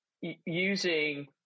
using